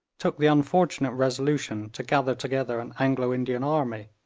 took the unfortunate resolution to gather together an anglo-indian army,